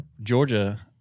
Georgia